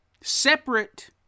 separate